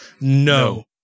no